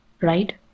Right